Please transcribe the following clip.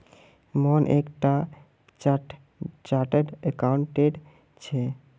मोहन एक टा chartered accountant छे